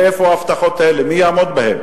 מאיפה ההבטחות האלה, מי יעמוד בהן?